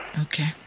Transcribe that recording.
Okay